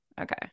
Okay